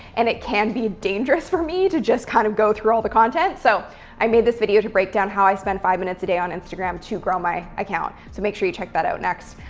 and it can be dangerous for me to just kind of go through all the content. so i made this video to break down how i spend five minutes a day on instagram to grow my account. so make sure you check that out next.